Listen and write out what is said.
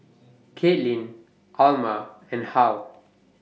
Katelyn Alma and Hal